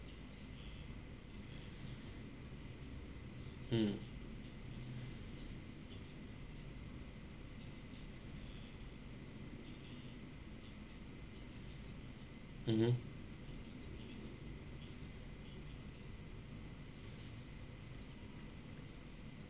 mm mmhmm